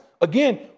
Again